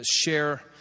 share